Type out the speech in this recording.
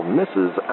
misses